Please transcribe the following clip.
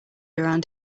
around